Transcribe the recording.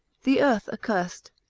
the earth accursed,